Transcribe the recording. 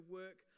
work